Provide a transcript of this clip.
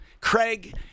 Craig